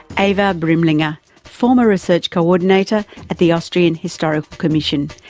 eva brimlinger, former research coordinator at the austrian historical commission,